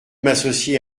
m’associer